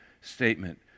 statement